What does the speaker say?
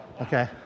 Okay